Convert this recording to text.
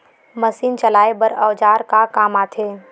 Machine चलाए बर औजार का काम आथे?